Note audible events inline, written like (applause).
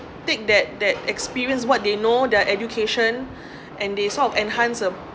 take that that experience what they know their education (breath) and they sort of enhance a